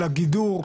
אלא גידור,